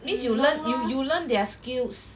means you learn you you learn their skills